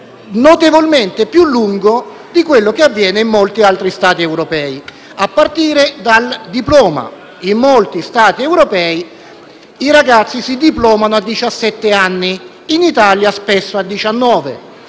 notevolmente più lungo di quello di molti altri Stati europei, a partire dal diploma. In molti Stati europei i ragazzi si diplomano a diciassette anni; in Italia spesso a